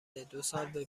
دوسال